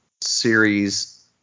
Series